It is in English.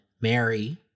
Mary